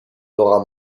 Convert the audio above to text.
dora